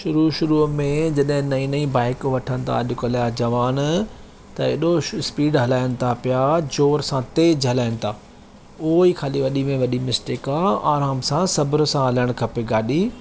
शुरू शुरूअ में जॾहिं नई नई बाइक वठनि था अॼुकल्ह जा जवान त एॾो स्पीड हलाइनि था पिया ज़ोर सां तेजु हलाइनि था उहो ई ख़ाली वॾी में वॾी मिस्टेक आहे आराम सां सबर सां हलणु खपे गाॾी